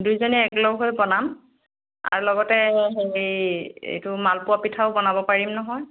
দুয়োজনীয়ে একেলগ হৈ বনাম আৰু লগতে এই সেই এইটো মালপোৱা পিঠাও বনাব পাৰিম নহয়